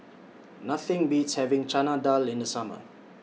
Nothing Beats having Chana Dal in The Summer